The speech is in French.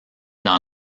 dans